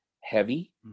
heavy